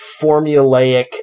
formulaic